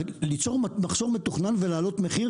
ליצור מחסור מתוכנן ולהעלות מחיר?